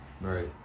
Right